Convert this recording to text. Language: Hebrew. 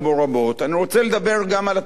אני רוצה לדבר גם על הצעד עכשיו.